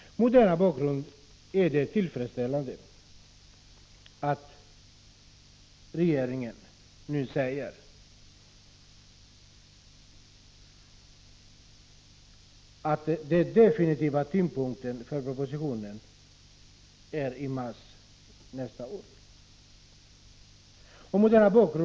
Mot denna bakgrund är den tilltagande oro över invandrarpolitikens framtid som framför allt invandrarorganisationerna visar helt förståelig.